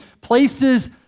places